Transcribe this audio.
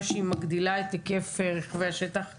הודעה שהיא מגדילה את היקף רכבי השטח ולא,